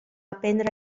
aprendre